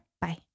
Bye